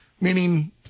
Meaning